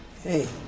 Hey